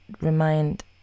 remind